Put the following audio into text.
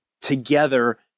together